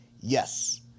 Yes